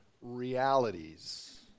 realities